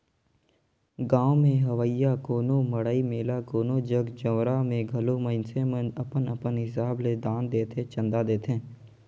गाँव में होवइया कोनो मड़ई मेला कोनो जग जंवारा में घलो मइनसे मन अपन अपन हिसाब ले दान देथे, चंदा देथे